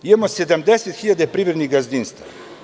Imamo 70.000 privrednih gazdinstava.